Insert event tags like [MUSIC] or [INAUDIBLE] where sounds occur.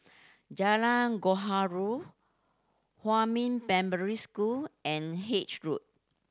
Jalan [UNINTELLIGIBLE] Huamin Primary School and Haig Road